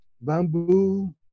bamboo